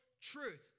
truth